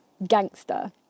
Gangster